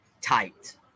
tight